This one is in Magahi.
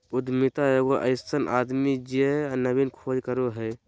उद्यमिता एगो अइसन आदमी जे नवीन खोज करो हइ